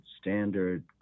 standard